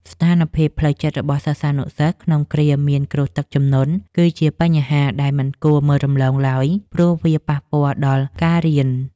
ស្ថានភាពផ្លូវចិត្តរបស់សិស្សានុសិស្សក្នុងគ្រាមានគ្រោះទឹកជំនន់ គឺជាបញ្ហាដែលមិនគួរមើលរំលងឡើយ ព្រោះវាប៉ះពាល់ដល់ការរៀន។